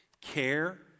care